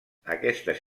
aquestes